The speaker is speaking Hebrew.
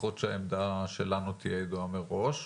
לפחות שהעמדה שלנו תהיה ידועה מראש.